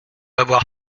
avoir